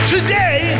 Today